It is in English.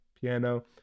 piano